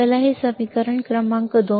चला हे समीकरण क्रमांक 2